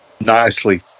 nicely